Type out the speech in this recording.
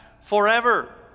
forever